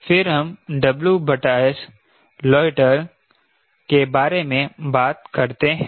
फिर हम WS लोएटर के बारे में बात करते हैं